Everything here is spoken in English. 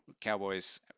cowboys